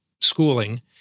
schooling